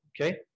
okay